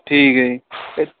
ਠੀਕ ਹੈ ਜੀ ਅਤੇ